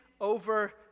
over